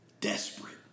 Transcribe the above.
Desperate